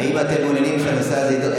האם אתם מעוניינים שהנושא הזה יידון.